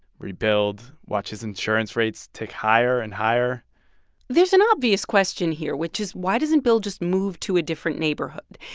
rebuild, watch his insurance rates tick higher and higher there's an obvious question here, which is, why doesn't bill just move to a different neighborhood?